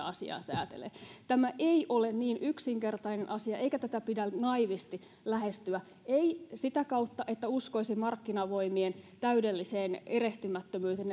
asiaa säätelee tämä ei ole niin yksinkertainen asia eikä tätä pidä naiivisti lähestyä ei sitä kautta että uskoisi markkinavoimien täydelliseen erehtymättömyyteen